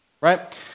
right